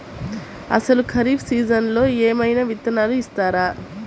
అసలు ఖరీఫ్ సీజన్లో ఏమయినా విత్తనాలు ఇస్తారా?